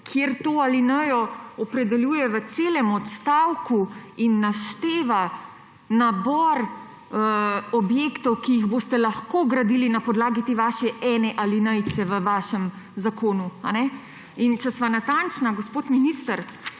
ki to alinejo opredeljuje v celem odstavku in našteva nabor objektov, ki jih boste lahko gradili na podlagi te vaše ene alinejice v vašem zakonu. In če sva natančna, gospod minister,